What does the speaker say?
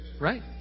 Right